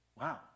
wow